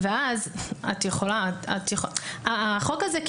החוק הזה,